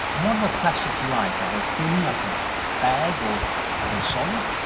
what are the plastics like? are they thin like a bag or are they solid?